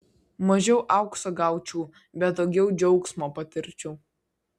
mažiau aukso gaučiau bet daugiau džiaugsmo patirčiau